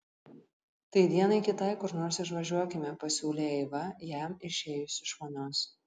tai dienai kitai kur nors išvažiuokime pasiūlė eiva jam išėjus iš vonios